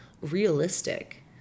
realistic